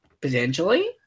potentially